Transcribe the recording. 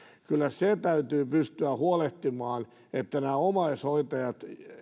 kyllä se täytyy pystyä huolehtimaan että nämä omaishoitajat